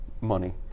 money